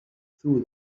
through